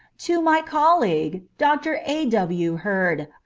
to my colleague, dr. a. w. hurd,